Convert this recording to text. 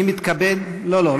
אני מתכבד, לא, לא.